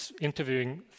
interviewing